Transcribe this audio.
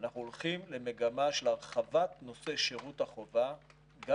אנחנו הולכים למגמה של הרחבת נושא שירות החובה גם